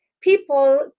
people